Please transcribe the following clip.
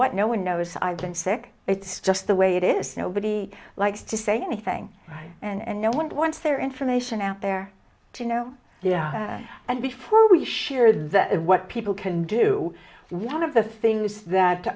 what no one knows i've been sick it's just the way it is nobody likes to say anything right and no one wants their information out there you know and before we share that what people can do one of the things that